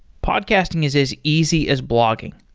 podcasting is as easy as blogging.